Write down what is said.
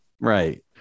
Right